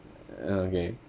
okay